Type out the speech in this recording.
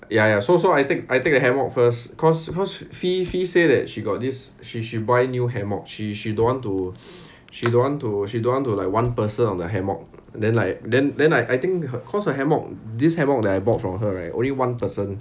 ya ya so so I take I take the hammock first cause cause fee fee say that she got this she she buy new hammock she she don't want to she don't want to she don't want to like one person on the hammock then like then then I I think her cause her hammock this hammock that I bought from her right only one person